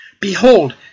Behold